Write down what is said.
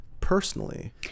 personally